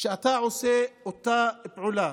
כשאתה עושה אותה פעולה